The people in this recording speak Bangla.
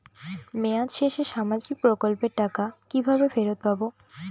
মেয়াদ শেষে সামাজিক প্রকল্পের টাকা কিভাবে ফেরত পাবো?